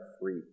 free